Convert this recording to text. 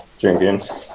drinking